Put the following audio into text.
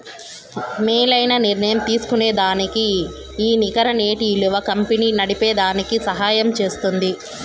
మేలైన నిర్ణయం తీస్కోనేదానికి ఈ నికర నేటి ఇలువ కంపెనీ నడిపేదానికి సహయం జేస్తుంది